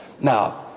Now